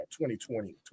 2020